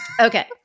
Okay